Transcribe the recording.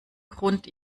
grund